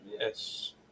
yes